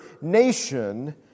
nation